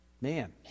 Man